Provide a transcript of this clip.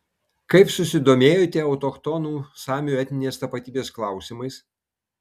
kaip susidomėjote autochtonų samių etninės tapatybės klausimais